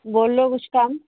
बोल्लो कुछ कम्म